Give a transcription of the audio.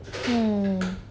hmm